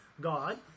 god